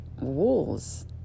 walls